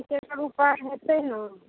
किछु एकर उपाय हेतै ने